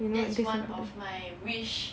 that's one of my wish